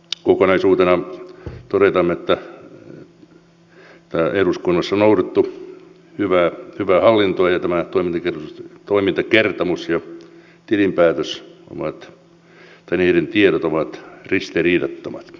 kokonaisuutena todetaan että täällä eduskunnassa on noudatettu hyvää hallintoa ja tämän toimintakertomuksen ja tilinpäätöksen tiedot ovat ristiriidattomat